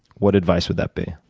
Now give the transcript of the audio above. what advice would that be